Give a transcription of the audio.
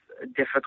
difficult